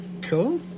cool